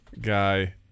Guy